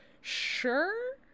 sure